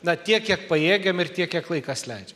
na tiek kiek pajėgiam ir tiek kiek laikas leidžia